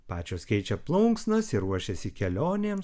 pačios keičia plunksnas ir ruošiasi kelionėms